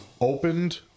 Opened